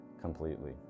completely